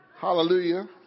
Hallelujah